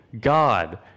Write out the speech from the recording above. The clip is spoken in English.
God